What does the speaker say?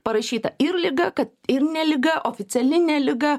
parašyta ir liga kad ir ne liga oficiali ne liga